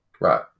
Right